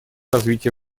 развития